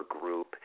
group